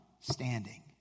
standing